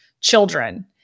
children